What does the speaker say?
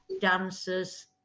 dancers